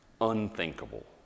unthinkable